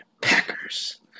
Packers